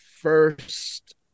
first